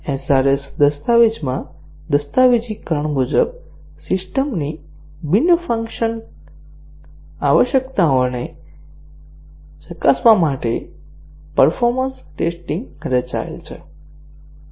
SRS દસ્તાવેજમાં દસ્તાવેજીકરણ મુજબ સિસ્ટમની બિન કાર્યકારી આવશ્યકતાઓને ચકાસવા માટે પરફોર્મન્સ ટેસ્ટીંગ રચાયેલ છે